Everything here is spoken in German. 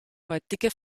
heutige